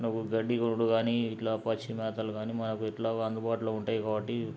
నువ్వు గడ్డి గొడు కానీ ఇట్లా పచ్చిమేతలు కానీ మనకు ఇట్లా అందుబాటులో ఉంటాయి కాబట్టి